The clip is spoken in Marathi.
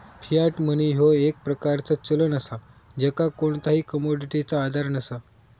फियाट मनी ह्यो एक प्रकारचा चलन असा ज्याका कोणताही कमोडिटीचो आधार नसा